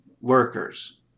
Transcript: workers